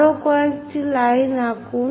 আরো কয়েকটি লাইন আঁকুন